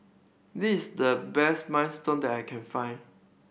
this the best Minestrone that I can find